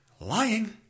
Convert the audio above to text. Lying